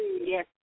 Yes